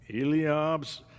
Eliab's